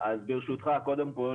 אז קודם כל